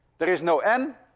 there is no m,